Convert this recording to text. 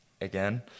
again